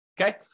Okay